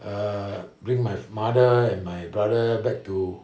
err bring my mother and my brother back to